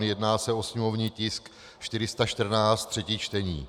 Jedná se o sněmovní tisk 414, třetí čtení.